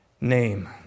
name